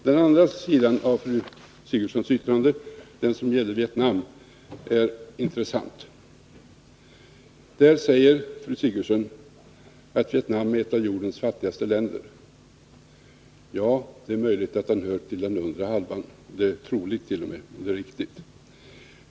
Den andra delen i fru Sigurdsens yttrande, vilken gällde Vietnam, är intressant. Där säger fru Sigurdsen att Vietnam är ett av jordens fattigaste länder. Ja, det är möjligt och t.o.m. troligt att det tillhör den undre halvan.